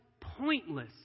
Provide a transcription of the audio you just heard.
pointless